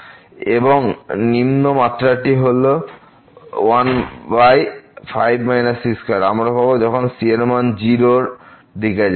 এর নিম্ন মাত্রাটি হলো 15 c2আমরা পাব যখন c এর মান 0 এর দিকে যাবে